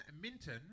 Minton